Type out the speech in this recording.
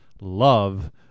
love